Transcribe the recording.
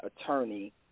attorney